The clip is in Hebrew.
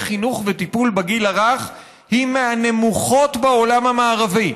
חינוך וטיפול בגיל הרך היא מהנמוכות בעולם המערבי,